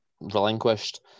relinquished